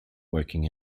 working